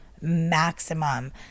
maximum